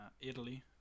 Italy